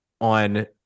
On